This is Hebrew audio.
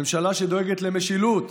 ממשלה שדואגת למשילות,